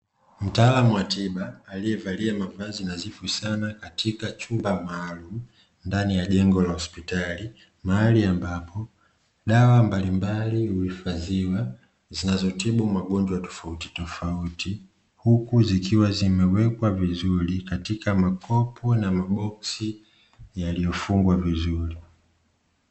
Mtaalamu wa tiba aliyevalia mavazi nadhifu sana katika chumba maalumu ndani ya jengo la hospitali. Mahali ambapo dawa mbalimbali huhifadhiwa, zinazotibu magonjwa tofautitofauti. Huku zikiwa zimewekwa vizuri katika makopo na maboksi yaliyofungwa vizuri.